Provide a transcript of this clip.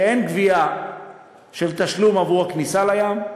שאין גבייה של תשלום עבור הכניסה לים,